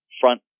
front